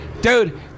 Dude